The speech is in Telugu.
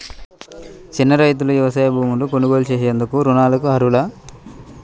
చిన్న రైతులు వ్యవసాయ భూములు కొనుగోలు చేసేందుకు రుణాలకు అర్హులా?